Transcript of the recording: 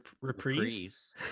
reprise